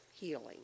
healing